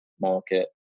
market